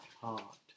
heart